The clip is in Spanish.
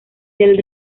del